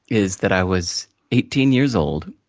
is that i was eighteen years old,